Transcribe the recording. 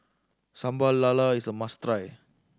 Sambal Lala is a must try